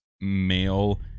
male